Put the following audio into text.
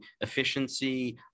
efficiency